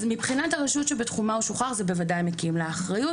אז מבחינת הרשות שבתחומה הוא שוחרר זה בוודאי מקים לה אחריות,